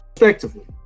Respectively